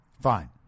Fine